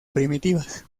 primitivas